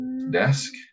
desk